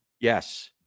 Yes